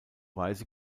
weise